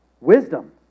wisdom